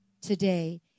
today